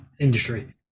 industry